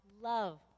love